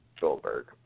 Goldberg